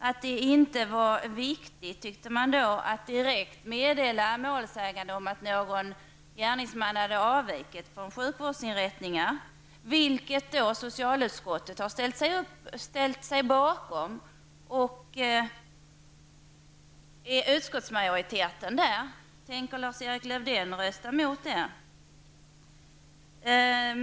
Det var inte viktigt, tyckte man då, att direkt meddela målsägande om att någon gärningsman hade avvikit från en sjukvårdsinrättning -- vilket däremot socialutskottets majoritet ansåg. Tänker Lars-Erik Lövdén rösta mot socialutskottets ställningstagande?